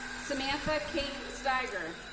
samantha kate steiger.